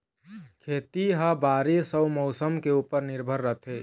खेती ह बारीस अऊ मौसम के ऊपर निर्भर रथे